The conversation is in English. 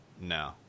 no